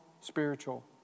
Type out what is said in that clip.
spiritual